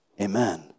Amen